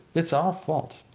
it's our fault.